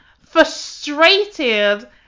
frustrated